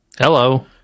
Hello